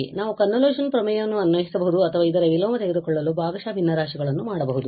ಆದ್ದರಿಂದ ನಾವು ಕನ್ವೊಲ್ಯೂಶನ್ ಪ್ರಮೇಯವನ್ನು ಅನ್ವಯಿಸಬಹುದು ಅಥವಾ ಇದರ ವಿಲೋಮ ತೆಗೆದುಕೊಳ್ಳಲು ನಾವು ಭಾಗಶಃ ಭಿನ್ನರಾಶಿಗಳನ್ನು ಮಾಡಬಹುದು